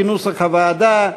כנוסח הוועדה,